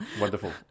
wonderful